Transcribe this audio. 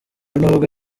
ntabwo